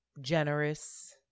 generous